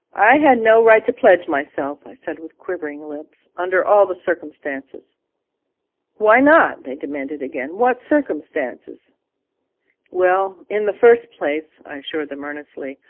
i had no right to pledge myself i said, with quivering lips, under all the circumstances why not they demanded again what circumstances well, in the first place i assured them earnestly,